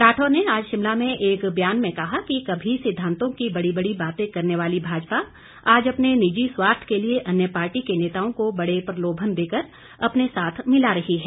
राठौर ने आज शिमला में एक ब्यान में कहा कि कभी सिद्वांतों की बड़ी बड़ी बाते करने वाली भाजपा आज अपने निजी स्वार्थ के लिए अन्य पार्टी के नेताओं को बड़े प्रलोभन देकर अपने साथ मिला रही है